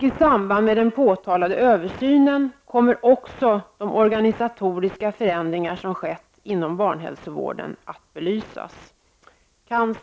I samband med den påtalade översynen kommer också de organisatoriska förändringar som skett inom barnhälsovården att belysas.